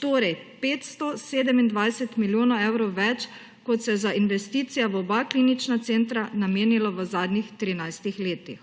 torej 527 milijonov evrov več, kot se je za investicije v oba klinična centra namenilo v zadnjih 13 letih.